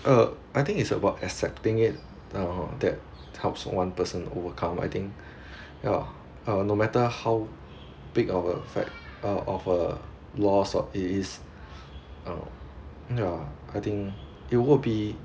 uh I think is about accepting it uh that helps one person overcome I think ya uh no matter how big of a fact uh of a lost or it is um ya I think it will be